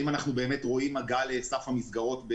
האם אנחנו רואים הגעה לסך המסגרות,